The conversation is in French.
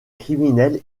criminels